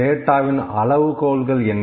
டேட்டாவின் அளவுகோல்கள் என்ன